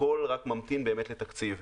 הכול רק ממתין לתקציב.